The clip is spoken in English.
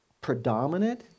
predominant